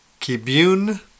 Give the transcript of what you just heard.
Kibune